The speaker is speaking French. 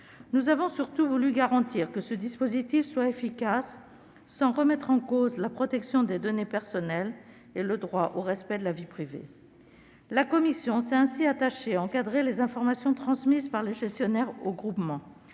Nous avons surtout voulu garantir l'efficacité de ce dispositif sans pour autant remettre en cause la protection des données personnelles ni le droit au respect de la vie privée. La commission s'est ainsi attachée à encadrer les informations transmises par les gestionnaires au groupement